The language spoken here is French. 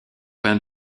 pain